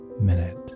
minute